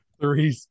three